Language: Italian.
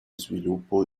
sviluppo